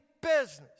business